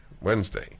Wednesday